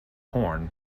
horn